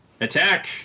attack